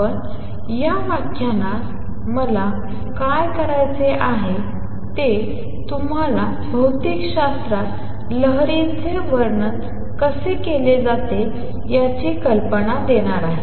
पण या व्याख्यानात मला काय करायचे आहे ते तुम्हाला भौतिकशास्त्रात लहरीचे वर्णन कसे केले जाते याची कल्पना देते